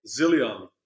zillion